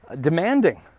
demanding